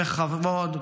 בכבוד,